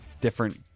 different